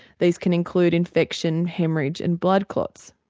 these can include infection, haemorrhage and blood clots.